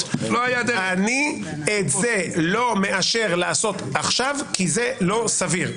שאת זה אתה לא מאשר לעשות עכשיו כי זה לא סביר.